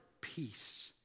peace